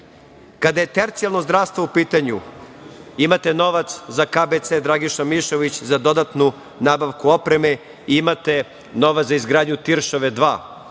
je tercijalno zdravstvo u pitanju imate novac za KBC „Dragiša Mišović“ za dodatnu nabavku opreme, i imate novac za izgradnju „Tiršove 2“,